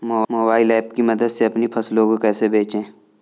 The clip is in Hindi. मोबाइल ऐप की मदद से अपनी फसलों को कैसे बेचें?